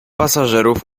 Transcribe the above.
pasażerów